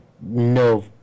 no